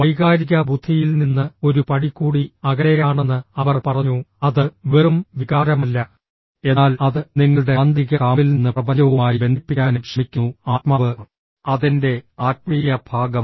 വൈകാരിക ബുദ്ധിയിൽ നിന്ന് ഒരു പടി കൂടി അകലെയാണെന്ന് അവർ പറഞ്ഞു അത് വെറും വികാരമല്ല എന്നാൽ അത് നിങ്ങളുടെ ആന്തരിക കാമ്പിൽ നിന്ന് പ്രപഞ്ചവുമായി ബന്ധിപ്പിക്കാനും ശ്രമിക്കുന്നു ആത്മാവ് അതിൻറെ ആത്മീയ ഭാഗം